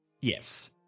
yes